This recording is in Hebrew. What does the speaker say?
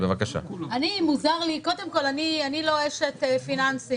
אני מהלשכה המשפטית של רשות המיסים.